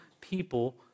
people